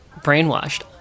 brainwashed